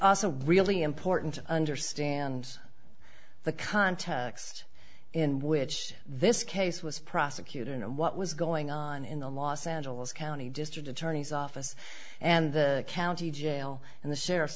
also really important to understand the context in which this case was prosecuted and what was going on in the los angeles county district attorney's office and the county jail and the sheriff's